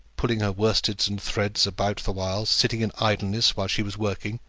pulling her worsteds and threads about the while, sitting in idleness while she was working,